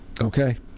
okay